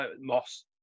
Moss